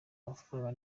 amafaranga